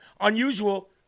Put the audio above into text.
Unusual